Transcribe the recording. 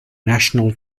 national